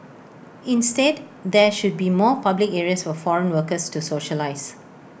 instead there should be more public areas for foreign workers to socialise